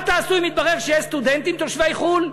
מה תעשו אם יתברר שיש סטודנטים תושבי חו"ל,